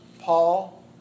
Paul